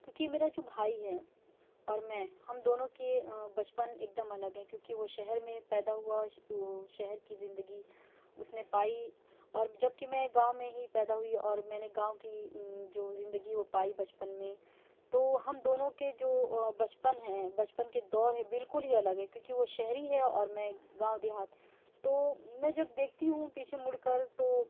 کیوں کہ میرا جو بھائی ہے اور میں ہم دونوں کی بچپن ایک دم الگ ہے کیوں کہ وہ شہر میں پیدا ہُوا وہ شہر کی زندگی اُس نے پائی اور جب کہ میں گاؤں میں ہی پیدا ہوئی اور میں نے گاؤں کی جو زندگی ہے وہ پائی بچپن میں تو ہم دونوں کے جو بچپن ہیں بچپن کے دور ہیں بالکل ہی الگ ہیں کیوں کہ وہ شہری ہے اور میں گاؤں دیہات تو میں جب دیکھتی ہوں پیچھے مُڑ کر تو